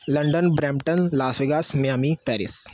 London Brampton Las Vegas Miami Paris